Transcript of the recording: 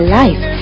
life